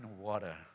water